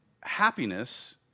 happiness